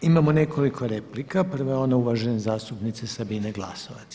Imamo nekoliko replika, prva je ona uvažene zastupnice Sabine Glasovac.